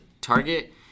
Target